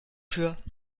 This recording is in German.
für